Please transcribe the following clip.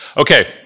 Okay